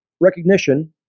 recognition